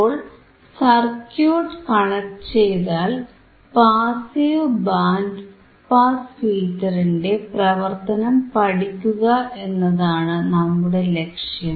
അപ്പോൾ circuit connect ചെയ്താൽ passive band pass ഫിൽറ്ററിന്റെ പ്രവർത്തനം പഠിക്കുക എന്നാണ് നമ്മുടെ ലക്ഷ്യം